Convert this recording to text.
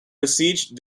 besieged